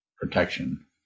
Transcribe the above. protection